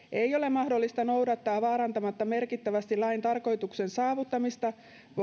mahdollista noudattaa vaarantamatta merkittävästi lain tarkoituksen saavuttamista voidaan valtioneuvoston